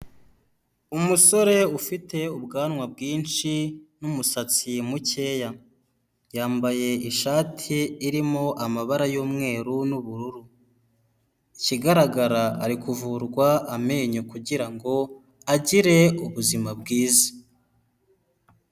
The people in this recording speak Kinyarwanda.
Umusore ufite ubwanwa bwinshi n'umusatsi mukeya, yambaye ishati irimo amabara y'umweru n'ubururu, ikigaragara ari kuvurwa amenyo kugira ngo agire ubuzima bwiza.